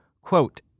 Quote